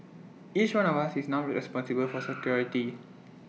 each one of us is now responsible for security